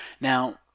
now